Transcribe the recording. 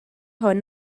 hwn